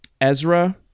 Ezra